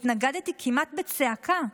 התנגדתי כמעט בצעקה.